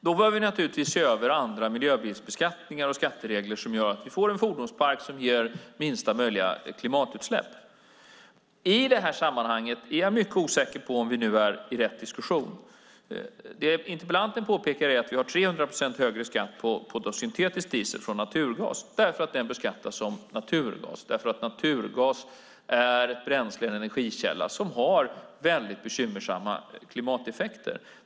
Vi behöver också se över andra skatteregler som miljöbilsbeskattningar som gör att vi får en fordonspark som ger minsta möjliga klimatutsläpp. I detta sammanhang är jag mycket osäker på om vi nu är i rätt diskussion. Interpellanten påpekar att vi har 300 procents högre skatt på syntetisk diesel från naturgas eftersom den beskattas som naturgas. Naturgas är ett bränsle och en energikälla som har bekymmersamma klimateffekter.